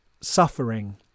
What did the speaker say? suffering